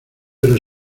pero